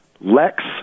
lex